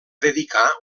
dedicar